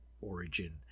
origin